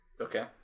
Okay